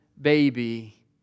baby